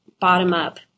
bottom-up